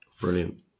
Brilliant